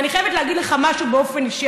ואני חייבת להגיד לך משהו באופן אישי,